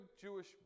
Jewish